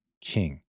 king